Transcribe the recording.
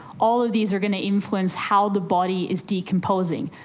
all of these are going to influence how the body is decomposing.